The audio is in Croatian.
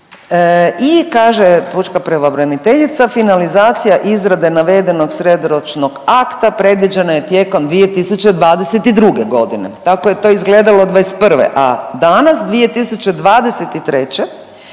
i kaže pučka pravobraniteljica, finalizacija izrade navedenog srednjoročnog akta predviđena je tijekom 2022.g.. Tako je to izgledalo '21., a danas 2023.